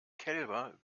kälber